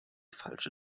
falsche